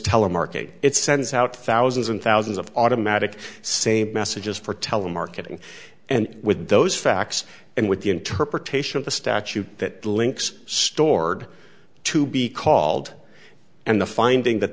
telemarketing it sends out thousands and thousands of automatic say messages for telemarketing and with those facts and with the interpretation of the statute that links stored to be called and the finding that